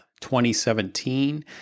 2017